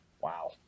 wow